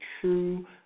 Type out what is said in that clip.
true